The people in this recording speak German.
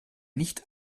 nicht